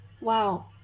Wow